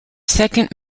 second